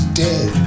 dead